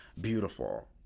beautiful